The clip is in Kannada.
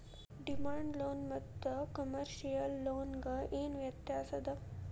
ಡಿಮಾಂಡ್ ಲೋನ ಮತ್ತ ಕಮರ್ಶಿಯಲ್ ಲೊನ್ ಗೆ ಏನ್ ವ್ಯತ್ಯಾಸದ?